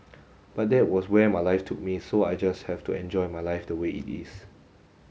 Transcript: but that was where my life took me so I just have to enjoy my life the way it is